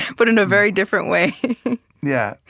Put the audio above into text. but in a very different way yeah,